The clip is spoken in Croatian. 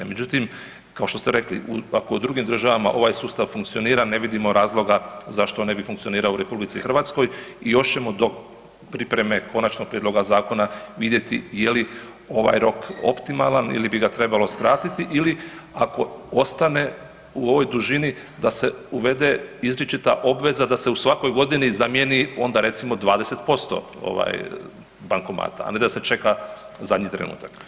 Međutim, kao što ste rekli, ako u drugim državama ovaj sustav funkcionira, ne vidimo razloga zašto ne bi funkcionirao u Republici Hrvatskoj i još ćemo do pripreme Konačnog prijedloga Zakona vidjeti je li ovaj rok optimalan ili bi ga trebalo skratiti ili ako ostane u ovoj dužini da se uvede izričita obveza da se u svakoj godini zamijeni onda recimo 20% bankomata, a ne da se čeka zadnji trenutak.